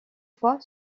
fois